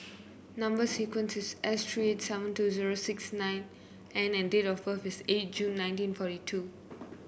number sequence is S three seven two zero six nine N and date of birth is eight June nineteen forty two